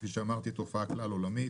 כפי שאמרתי, תופעה כלל עולמית.